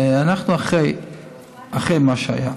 אנחנו אחרי מה שהיה,